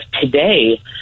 today